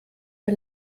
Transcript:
der